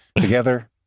together